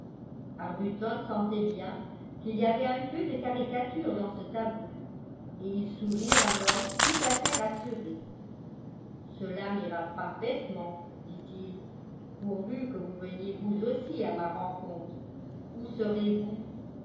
arbuton sentait bien qu'il y avait un peu de caricature dans ce tableau et il sourit en homme tout à fait rassuré cela m'ira parfaitement dit-il pourvu que vous veniez vous aussi à ma rencontre où serez-vous